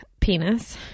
penis